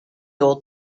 old